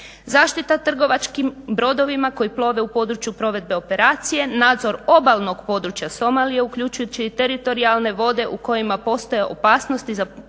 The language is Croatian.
zaštita trgovačkim brodovima koji plove u području provedbe operacije, nadzor obalnog područja Somalije uključujući i teritorijalne vode u kojima postoje opasnosti za